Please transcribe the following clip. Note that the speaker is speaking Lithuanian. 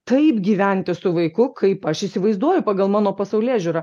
taip gyventi su vaiku kaip aš įsivaizduoju pagal mano pasaulėžiūrą